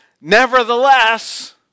nevertheless